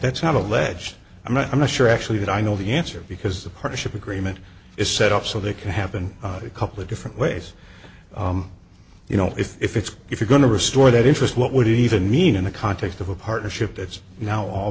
that's not alleged i'm not i'm not sure actually that i know the answer because the partnership agreement is set up so they can happen a couple of different ways you know if it's if you're going to restore that interest what would it even mean in the context of a partnership that's now all